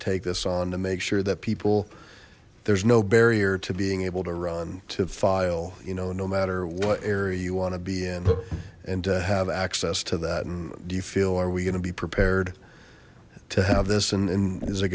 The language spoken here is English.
take this on to make sure that people there's no barrier to being able to run to file you know no matter what area you want to be in and to have access to that and do you feel are we going to be prepared to have this and